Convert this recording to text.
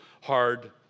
hard